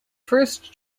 first